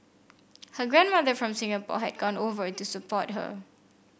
her grandmother from Singapore had gone over to support her